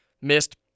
missed